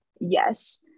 yes